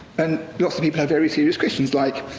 and lots of people have very serious questions, like,